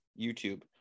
YouTube